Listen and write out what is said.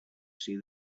see